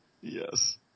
Yes